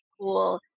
cool